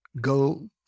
go